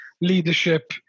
leadership